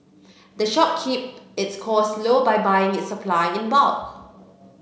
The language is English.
the shop keep its costs low by buying its supply in bulk